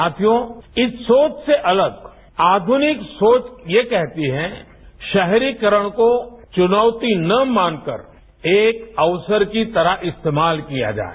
साथियों इस सोच से अलग आघुनिक सोच यह कहती है शहरीकरण को चुनौती न मानकर एक अवसर की तरह इस्तेमाल किया जाए